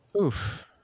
Oof